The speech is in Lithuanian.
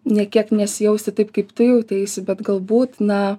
ne kiek nesijausti taip kaip tu jauteisi bet galbūt na